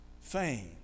fame